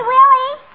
Willie